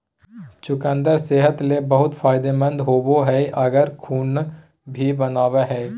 चुकंदर सेहत ले बहुत फायदेमंद होवो हय आर खून भी बनावय हय